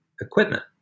equipment